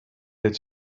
that